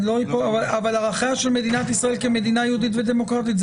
אבל ערכיה של מדינת ישראל כמדינה יהודית ודמוקרטית זה